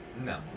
no